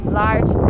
large